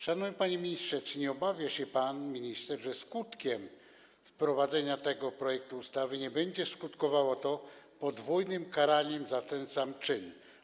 Szanowny panie ministrze, czy nie obawia się pan minister, że wprowadzenie tego projektu ustawy będzie skutkowało podwójnym karaniem za ten sam czyn?